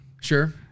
Sure